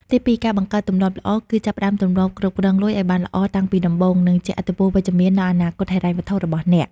ទីពីរ ការបង្កើតទម្លាប់ល្អ គឺចាប់ផ្តើមទម្លាប់គ្រប់គ្រងលុយឱ្យបានល្អតាំងពីដំបូង នឹងជះឥទ្ធិពលវិជ្ជមានដល់អនាគតហិរញ្ញវត្ថុរបស់អ្នក។